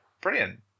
Brilliant